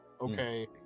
okay